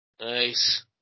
nice